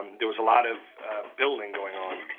there was a lot of building going on,